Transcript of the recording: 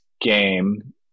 game